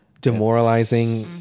demoralizing